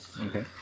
Okay